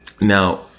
Now